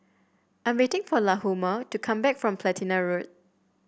I'm waiting for Lahoma to come back from Platina Road